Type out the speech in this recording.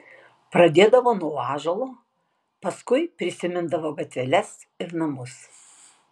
pradėdavo nuo ąžuolo paskui prisimindavo gatveles ir namus